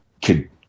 kid